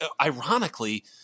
ironically